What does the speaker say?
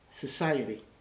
Society